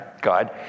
God